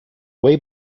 way